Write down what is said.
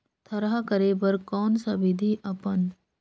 थरहा करे बर कौन सा विधि अपन?